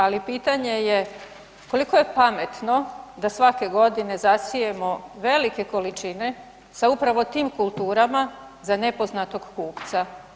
Ali pitanje je koliko je pametno da svake godine zasijemo velike količine sa upravo tim kulturama za nepoznatog kupca?